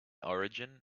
origin